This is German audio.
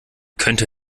könnte